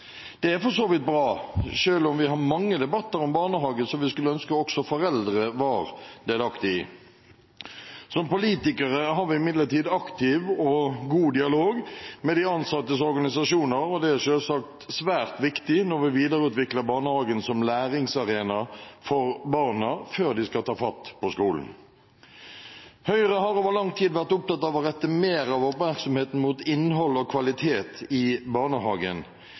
Det er for så vidt bra, selv om vi har mange debatter om barnehage som vi skulle ønske også foreldre var delaktig i. Som politikere har vi imidlertid aktiv og god dialog med de ansattes organisasjoner, og det er selvsagt svært viktig når vi videreutvikler barnehagen som læringsarena for barna før de skal ta fatt på skolen. Høyre har over lang tid vært opptatt av å rette mer av oppmerksomheten mot innhold og kvalitet i barnehagen.